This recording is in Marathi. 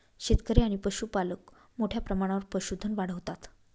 शेतकरी आणि पशुपालक मोठ्या प्रमाणावर पशुधन वाढवतात